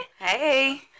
Hey